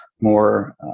more